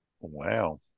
wow